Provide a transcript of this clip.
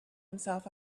himself